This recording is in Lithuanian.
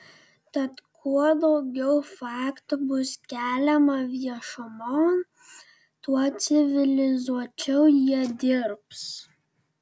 tad kuo daugiau faktų bus keliama viešumon tuo civilizuočiau jie dirbs